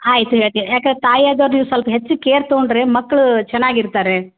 ಆಯಿತು ಹೇಳ್ತೇವೆ ಯಾಕೆ ತಾಯಿ ಆದೋರು ನೀವು ಸ್ವಲ್ಪ ಹೆಚ್ಚಿಗೆ ಕೇರ್ ತೊಗೊಂಡರೆ ಮಕ್ಳು ಚೆನ್ನಾಗಿ ಇರ್ತಾರೆ